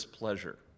pleasure